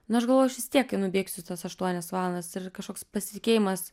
nu aš galvoju aš vis tiek nubėgsiu tas aštuonias valandas ir kažkoks pasitikėjimas